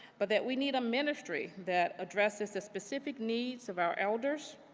but that we need a ministry that addresses the specific needs of our elders,